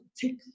take